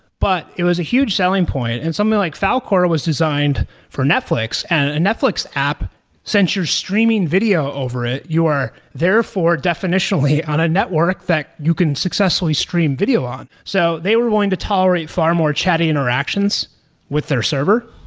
but it was a huge selling point, and something like falcor was designed for netflix, and netflix app sends your streaming video over it. you are, therefore, definitionally on a network that you can successfully stream video on. so they were going to tolerate far more chatty interactions with their server.